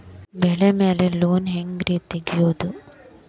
ಬೆಳಿ ಮ್ಯಾಲೆ ಲೋನ್ ಹ್ಯಾಂಗ್ ರಿ ತೆಗಿಯೋದ?